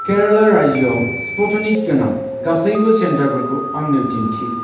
केराला रायजोआव स्पुटनिक गोनां गासैबो सेन्टारफोरखौ आंनो दिन्थि